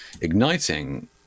igniting